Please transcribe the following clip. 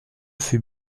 fut